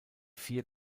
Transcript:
vier